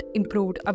improved